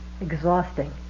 exhausting